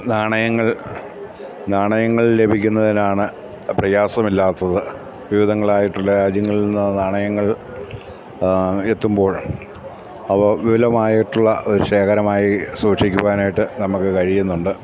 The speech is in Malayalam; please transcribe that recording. നാണയങ്ങൾ നാണയങ്ങൾ ലഭിക്കുന്നതിനാണ് പ്രയാസമില്ലാത്തത് വിവിധങ്ങളായിട്ടുള്ള രാജ്യങ്ങളിൽ നിന്ന് നാണയങ്ങൾ എത്തുമ്പോൾ അവ വിപുലമായിട്ടുള്ളൊരു ശേഖരമായി സൂക്ഷിക്കുവാനായിട്ട് നമുക്ക് കഴിയുന്നുണ്ട്